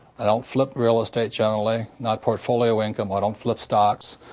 i don't flip real estate, generally. not portfolio income i don't flip stocks.